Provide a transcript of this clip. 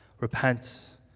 Repent